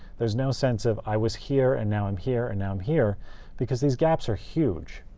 there's no sense of i was here, and now i'm here, and now i'm here because these gaps are huge.